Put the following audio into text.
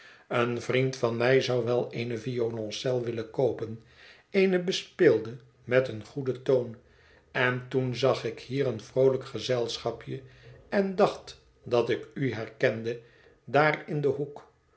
een vriend van mij zou wel eene violoncel willen koopen eene bespeelde met een goeden toon en toen zag ik hier een vroolijk gezelschapje en dacht dat ik u herkende daar in den hoek